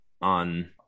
on